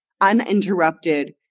uninterrupted